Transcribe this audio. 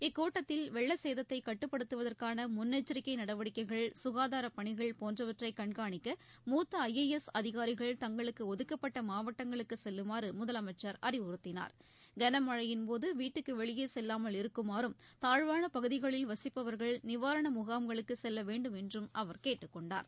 இக்கூட்டத்தில் வெள்ளச் சேத்தை கட்டுப்படுத்துவதற்கான முன்னெச்சிக்கை நடவடிக்கைகள் சுகாதாரப் பணிகள் போன்றவற்றை கண்காணிக்க மூத்தா ஒதுக்கப்பட்ட மாவட்டங்களுக்கு செல்லுமாறு முதலமைச்சர் அறிவுறுத்தினார் கனமழையின்போது வீட்டுக்கு வெளியே செல்லாமல் இருக்குமாறும்தாழ்வான பகுதிகளில் வசிப்பவர்கள் நிவாரண முகாம்களுக்கு செல்ல வேண்டும் என்றும் அவர் கேட்டுக்கொண்டார்